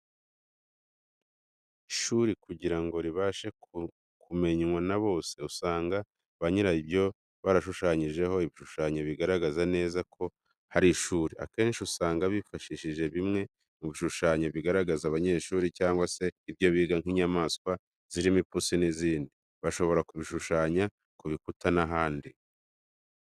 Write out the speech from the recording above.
Ishuri kugira ngo ribashe kumenywa na bose ,usanga banyiraryo barashushanyijeho ibishushanyo bigaragaza neza ko hari ishuri .Akenshi usanga bifashishije bimwe mu bishushanyo bigaragaza abanyeshuri cyangwa se ibyo biga nk'inyamanswa zirimo ipusi n'izindi. Bashobora kubishushanya ku bikuta n'ahandi.